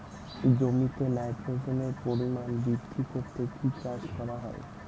জমিতে নাইট্রোজেনের পরিমাণ বৃদ্ধি করতে কি চাষ করা হয়?